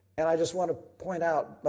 and i just want to point out,